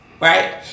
Right